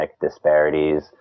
disparities